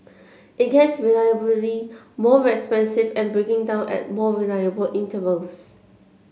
it gets reliably more expensive and breaking down at more reliable intervals